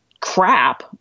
crap